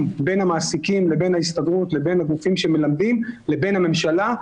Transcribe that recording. בין המעסיקים לבין ההסתדרות לבין הגופים שמלווים לבין הממשלה,